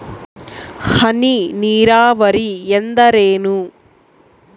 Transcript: ಹನಿ ನೇರಾವರಿ ಎಂದರೇನು?